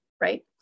right